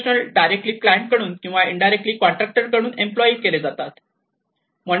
professionals directly client कडून किंवा indirectly contractor कडून एम्पलोय केले जातात